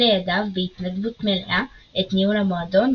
לידיו בהתנדבות מלאה את ניהול המועדון,